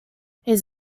his